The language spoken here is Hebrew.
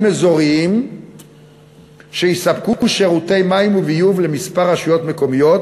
אזוריים שיספקו שירותי מים וביוב למספר רשויות מקומיות,